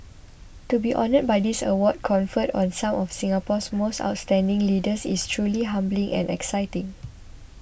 to be honoured by this award conferred on some of Singapore's most outstanding leaders is truly humbling and exciting